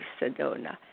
Sedona